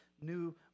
new